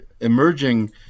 emerging